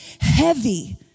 heavy